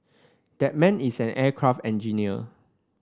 that man is an aircraft engineer